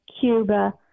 Cuba